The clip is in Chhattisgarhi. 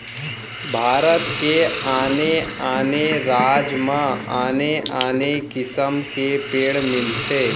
भारत के आने आने राज म आने आने किसम के पेड़ मिलथे